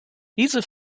diese